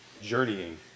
journeying